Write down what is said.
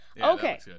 Okay